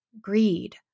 greed